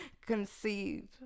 conceive